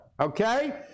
okay